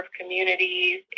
communities